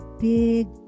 big